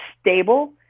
stable